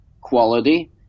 quality